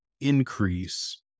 increase